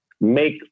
make